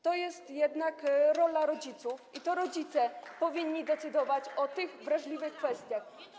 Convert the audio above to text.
To jest jednak rola rodziców i to rodzice powinni decydować o tych wrażliwych kwestiach.